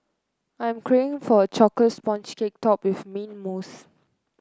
I'm craving for a chocolate sponge cake topped with mint mousse